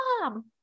mom